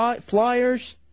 flyers